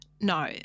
No